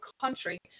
country